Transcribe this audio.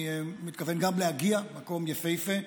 אני מתכוון גם להגיע, מקום יפהפה.